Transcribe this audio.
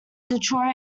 detroit